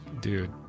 Dude